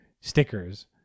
stickers